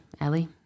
Ellie